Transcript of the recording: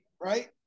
Right